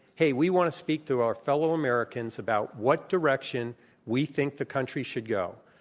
hey, we want to speak to our fellow americans about what direction we think the country should go,